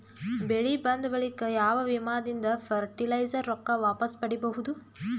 ಬೆಳಿ ಬಂದ ಬಳಿಕ ಯಾವ ವಿಮಾ ದಿಂದ ಫರಟಿಲೈಜರ ರೊಕ್ಕ ವಾಪಸ್ ಪಡಿಬಹುದು?